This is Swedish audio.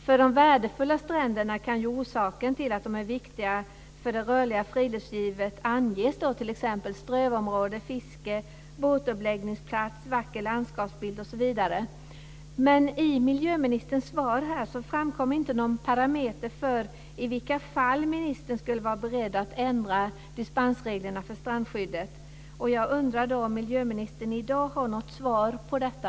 För de värdefulla stränderna kan orsaken till att de är viktiga för det rörliga friluftslivet anges, t.ex. strövområde, fiske, båtuppläggningsplats, vacker landskapsbild, osv. Men i miljöministerns svar framkom inte någon parameter för i vilka fall ministern skulle vara beredd att ändra dispensreglerna för strandskyddet. Har miljöministern i dag något svar på detta?